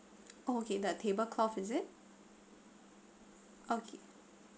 okay the tablecloth is it okay